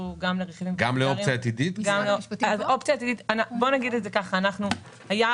זה אומר אין לזה באמת כל כך קשר לגודש אלא יותר איך אנחנו גובים מיסים.